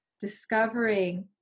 discovering